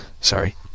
Sorry